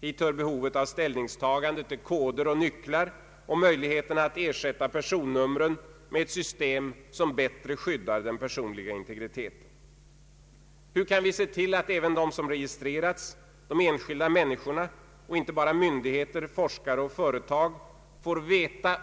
Hit hör behovet av ställningstagande till koder och nycklar samt möjligheterna att ersätta personnumren med ett system som bättre skyddar den personliga integriteten. Hur kan vi se till att även de som registrerats, de enskilda människorna — inte bara myndigheter, forskare och företag — får veta